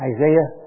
Isaiah